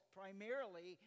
primarily